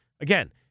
Again